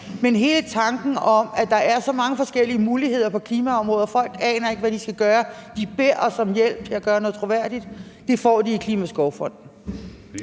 men der er også så mange forskellige muligheder på klimaområdet, og folk aner ikke, hvad de skal gøre. De beder os om hjælp til at gøre noget troværdigt. Det får de med Klimaskovfonden.